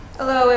Hello